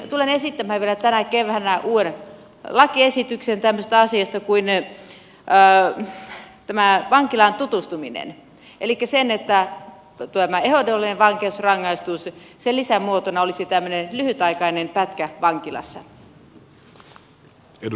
tulen esittämään vielä tänä keväänä uuden lakiesityksen tämmöisestä asiasta kuin vankilaan tutustuminen elikkä ehdollisen vankeusrangaistuksen lisämuotona olisi tämmöinen lyhytaikainen pätkä vankilassa